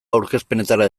aurkezpenetara